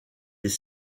des